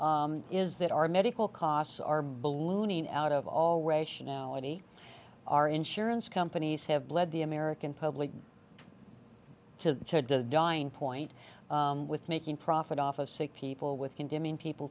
them is that our medical costs are ballooning out of all rationality our insurance companies have bled the american public to dying point with making profit off of sick people with condemning people